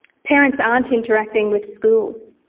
parents aren't interacting with schools.